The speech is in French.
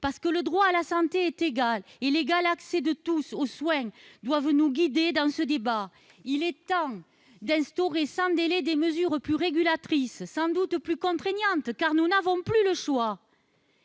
Parce que le droit à la santé et l'égal accès de tous aux soins doivent nous guider dans ce débat, il est temps d'instaurer sans délai des mesures plus régulatrices, sans doute plus contraignantes, car nous n'avons plus le choix